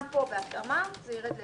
גם פה בהתאמה זה יורד ל-0.8.